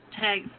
tag